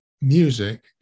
music